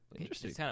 Interesting